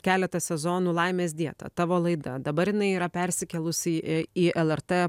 keletą sezonų laimės dėta tavo laida dabar jinai yra persikėlusi į į lrt